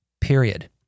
period